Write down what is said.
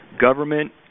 government